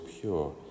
pure